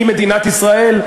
מדינת ישראל,